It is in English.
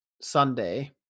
Sunday